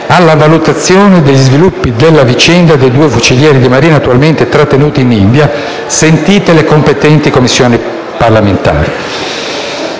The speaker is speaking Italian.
alla valutazione degli sviluppi della vicenda dei due fucilieri di Marina attualmente trattenuti in India, sentite le competenti Commissioni parlamentari.